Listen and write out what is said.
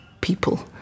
people